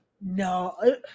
No